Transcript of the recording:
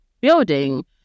building